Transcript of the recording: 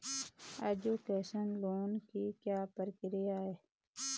Education loan की क्या प्रक्रिया है?